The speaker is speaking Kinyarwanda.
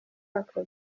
ako